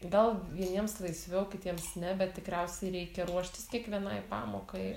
gal vieniems laisviau kitiems ne bet tikriausiai reikia ruoštis kiekvienai pamokai